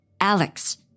Alex